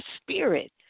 spirit